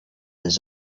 his